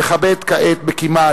נכבד כעת בקימה,